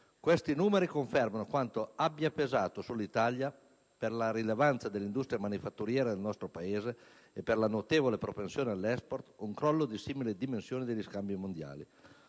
Questi numeri confermano quanto abbia pesato sull'Italia, per la rilevanza dell'industria manifatturiera del nostro Paese e per la notevole propensione all'*export*, un crollo di simili dimensioni degli scambi mondiali.